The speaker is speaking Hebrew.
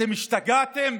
אתם השתגעתם?